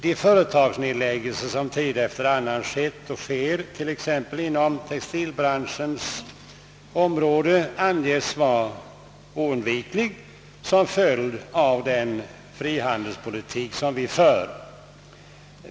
De företagsnedläggelser som tid eiter annan har förekommit och förekommer t.ex. inom textilbranschen anges vara en oundgänglig följd av den frihandelspolitik som vi för.